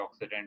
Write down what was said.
antioxidant